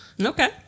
Okay